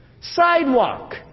sidewalk